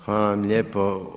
Hvala vam lijepo.